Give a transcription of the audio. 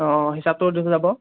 অঁ হিচাপটো দি থৈ যাব